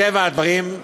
מטבע הדברים,